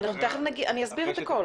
תכף אסביר את הכול.